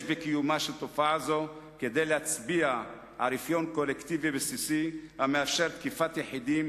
בה כדי להצביע על רפיון קולקטיבי בסיסי המאפשר תקיפת יחידים,